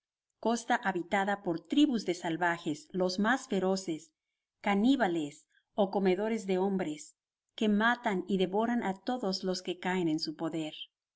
costa habitada por tribus de salvajes los mas feroces caníbales ó comedores de hombres que matan y devoran á todos los que caen en su poder